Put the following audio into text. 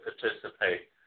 participate